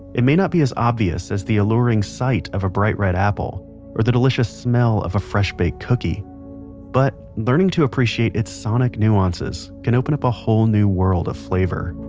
it may not be as obvious as the alluring sight of a bright red apple or the delicious smell of a fresh-baked cookie but learning to appreciate its sonic nuances can open a whole new world of flavor